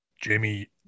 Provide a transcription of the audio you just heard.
Jamie